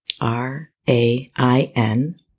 R-A-I-N